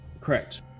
Correct